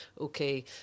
okay